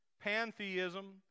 pantheism